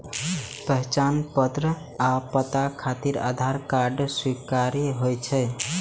पहचान पत्र आ पता खातिर आधार कार्ड स्वीकार्य होइ छै